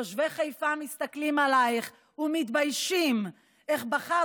תושבי חיפה מסתכלים עלייך ומתביישים איך בחרת